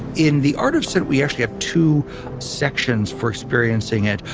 in the art of scent, we actually have two sections for experiencing it.